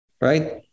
right